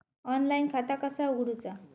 Online खाता कसा उगडूचा?